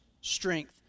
strength